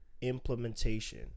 Implementation